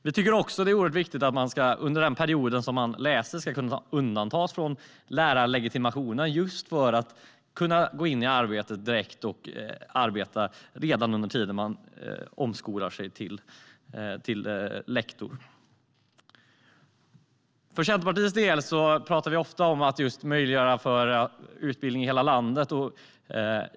Vi tycker också att det är oerhört viktigt att man under den period då man läser ska kunna undantas från kravet på lärarlegitimation, just för att direkt kunna gå in i arbetet och arbeta redan under tiden man omskolar sig till lektor. För Centerpartiets del talar vi ofta om att möjliggöra utbildning i hela landet.